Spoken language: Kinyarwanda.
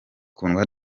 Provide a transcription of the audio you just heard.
kundwa